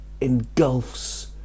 engulfs